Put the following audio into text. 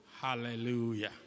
Hallelujah